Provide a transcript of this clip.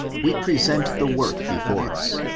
wo present the work before us,